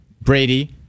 Brady